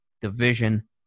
Division